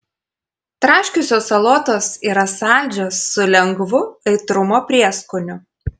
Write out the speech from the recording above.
traškiosios salotos yra saldžios su lengvu aitrumo prieskoniu